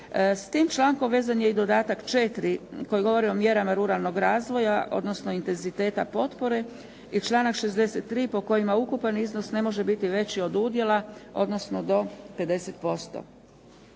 S tim člankom vezan je i dodatak 4. koji govori o mjerama ruralnog razvoja, odnosno intenziteta potpore i članak 63. po kojima ukupan iznos ne može biti veći od udjela odnosno do 50%.